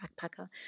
backpacker